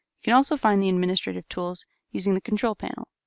can also find the administrative tools using the control panel.